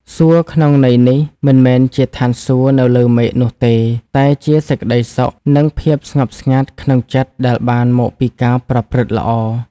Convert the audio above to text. សួគ៌ក្នុងន័យនេះមិនមែនជាឋានសួគ៌នៅលើមេឃនោះទេ តែជាសេចក្តីសុខ និងភាពស្ងប់ស្ងាត់ក្នុងចិត្តដែលបានមកពីការប្រព្រឹត្តល្អ។